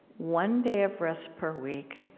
one day of rest per week,